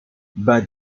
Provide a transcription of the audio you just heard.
but